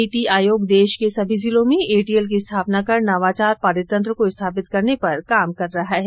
नीति आयोग देश के समी जिलों में एटीएल की स्थापना कर नवाचार पारितंत्र को स्थापित करने पर काम कर रहा है